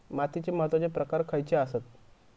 मातीचे महत्वाचे प्रकार खयचे आसत?